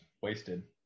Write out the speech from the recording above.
wasted